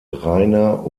rainer